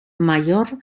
mayor